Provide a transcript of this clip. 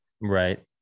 Right